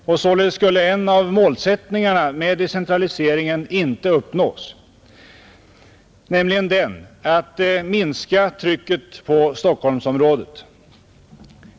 Därmed skulle således en av målsättningarna med decentraliseringen inte uppnås, nämligen den att minska trycket på Stockholmsområdet.